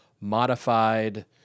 modified